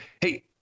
Hey